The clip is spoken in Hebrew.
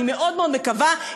אני מאוד מאוד מקווה,